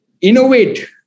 innovate